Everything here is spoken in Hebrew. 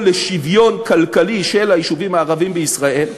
לשוויון כלכלי של היישובים הערביים בישראל,